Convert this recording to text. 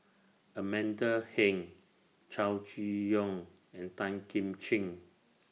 Amanda Heng Chow Chee Yong and Tan Kim Ching